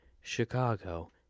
Chicago